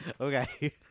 Okay